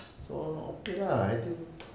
so okay lah I think